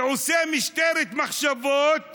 ועושה משטרת מחשבות